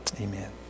Amen